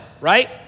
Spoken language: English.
right